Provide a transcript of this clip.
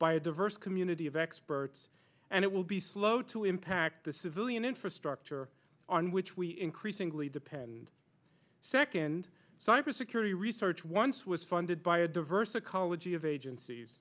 by a diverse community of experts and it will be slow to impact the civilian infrastructure on which we increasingly depend second cybersecurity research once was funded by a diverse ecology of agencies